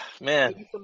Man